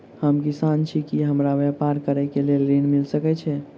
हम किसान छी की हमरा ब्यपार करऽ केँ लेल ऋण मिल सकैत ये?